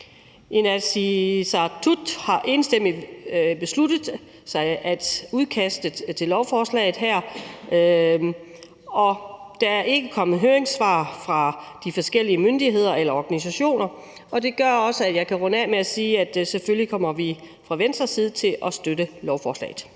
Inatsisartut har enstemmigt besluttet udkastet til lovforslaget her. Der er ikke kommet høringssvar fra de forskellige myndigheder eller organisationer. Det gør også, at jeg kan runde af med at sige, at vi fra Venstres side selvfølgelig kommer til at støtte lovforslaget.